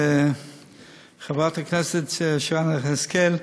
חברת הכנסת שרן השכל.